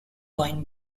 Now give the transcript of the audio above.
wine